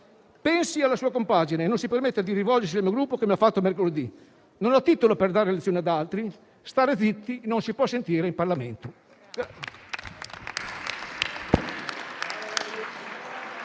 Pensi alla sua compagine e non si permetta di rivolgersi al mio Gruppo, come ha fatto mercoledì. Non ha titolo per dare lezioni ad altri. Stare zitti non si può sentire in Parlamento.